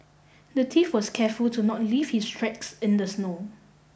the thief was careful to not leave his tracks in the snow